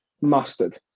mustard